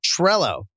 Trello